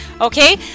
Okay